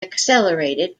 accelerated